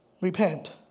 Repent